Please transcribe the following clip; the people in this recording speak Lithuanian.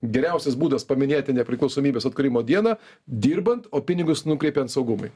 geriausias būdas paminėti nepriklausomybės atkūrimo dieną dirbant o pinigus nukreipiant saugumui